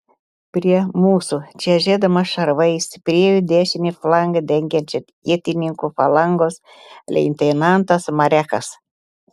prie mūsų čežėdamas šarvais priėjo dešinį flangą dengiančio ietininkų falangos leitenantas marekas